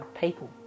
people